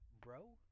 Bro